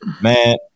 man